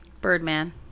Birdman